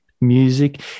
music